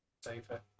safer